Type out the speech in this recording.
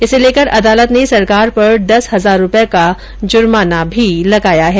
इसे लेकर अदालत ने सरकार पर दस हजार रूपये का जुर्माना लगाया है